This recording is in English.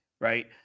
Right